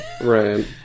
right